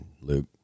Luke